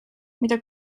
mida